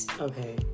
Okay